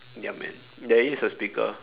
ya man there is a speaker